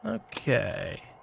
ah okay.